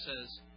says